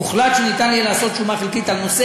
הוחלט שיהיה אפשר לעשות שומה חלקית על נושא